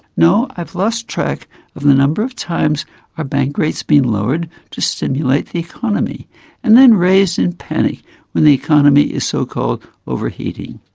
no. i've lost track of the number of times our bank rate's been lowered to stimulate the economy and then raised in panic when the economy is so called overheating.